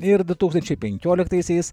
ir du tūkstančiai penkioliktaisiais